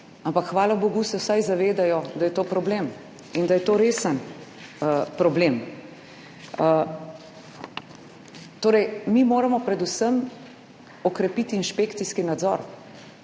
Ampak hvala bogu se vsaj zavedajo, da je to problem in da je to resen problem. Torej, mi moramo predvsem okrepiti inšpekcijski nadzor